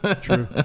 True